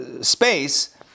space